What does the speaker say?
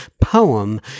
poem